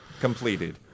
completed